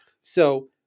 So-